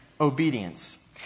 obedience